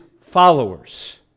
followers